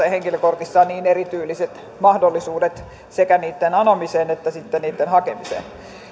ja henkilökortissa on niin erityyliset mahdollisuudet sekä niitten anomiseen että niitten hakemiseen